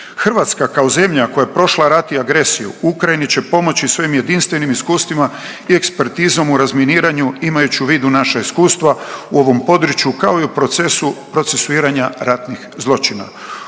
Hrvatska kao zemlja koja je prošla rat i agresiju Ukrajini će pomoći svojim jedinstvenim iskustvima i ekspertizom u razminiranju, imajući u vidu naša iskustva u ovom području kao i u procesu procesuiranja ratnih zločina.